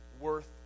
worth